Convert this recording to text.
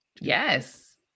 Yes